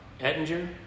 Ettinger